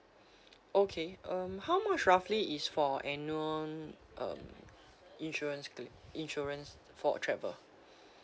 okay um how much roughly is for annual um insurance claim insurance for travel